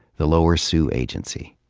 the lower sioux agency.